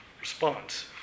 response